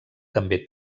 també